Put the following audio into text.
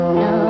no